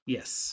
Yes